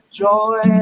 joy